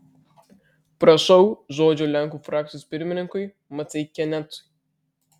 prašau žodžio lenkų frakcijos pirmininkui maceikianecui